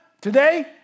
today